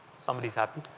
somebody's happy.